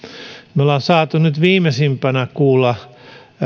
me olemme saaneet nyt viimeisimpänä kuulla